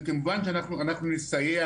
וכמובן שאנחנו נסייע.